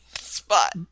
spot